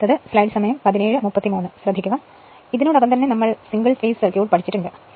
നമ്മൾ ഇതിനോടകം തന്നെ സിംഗിൾ ഫേസ് സർക്യൂട്ട് പഠിച്ചിട്ടുണ്ട്